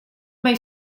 may